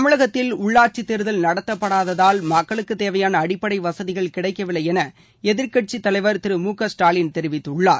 தமிழகத்தில் உள்ளாட்சித் தேர்தல் நடத்தப்படாததால் மக்களுக்குத் தேவையான அடிப்படை வசதிகள் கிடைக்கவில்லை என எதிர்க்கட்சித் தலைவர் திரு மு க ஸ்டாலின் தெரிவித்துள்ளார்